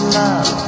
love